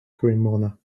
cremona